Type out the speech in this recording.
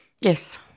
yes